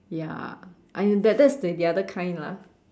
ya I that that's the other kind lah